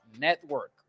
Network